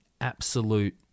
absolute